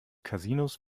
casinos